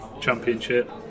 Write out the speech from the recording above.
Championship